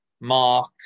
Mark